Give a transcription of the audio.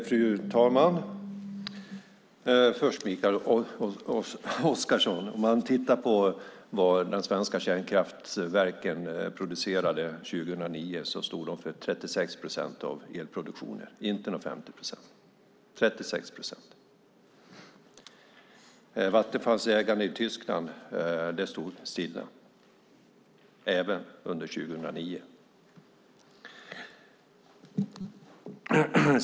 Fru talman! De svenska kärnkraftverken stod för 36 procent av elproduktionen 2009. Det var inte några 50 procent. Det var 36 procent. Vattenfalls ägande i Tyskland stod stilla även under 2009.